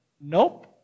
Nope